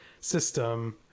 system